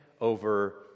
over